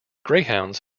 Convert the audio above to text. greyhounds